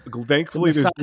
thankfully